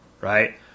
right